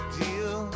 deal